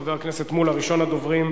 חבר הכנסת שלמה מולה, ראשון הדוברים.